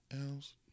else